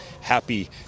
happy